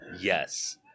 Yes